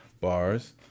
bars